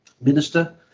minister